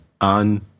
on